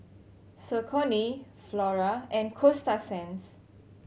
Saucony Flora and Coasta Sands